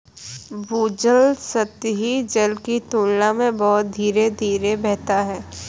भूजल सतही जल की तुलना में बहुत धीरे धीरे बहता है